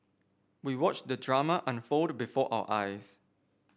we watched the drama unfold before our eyes